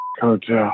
Hotel